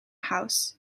house